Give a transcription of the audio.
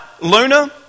Luna